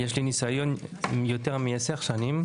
יש לי ניסיון של יותר מעשר שנים.